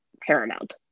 paramount